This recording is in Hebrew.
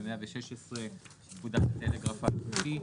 ו-116 בפקודת הטלגרף האלחוטי.